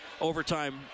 Overtime